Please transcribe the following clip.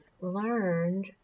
learned